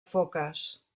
foques